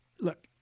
Look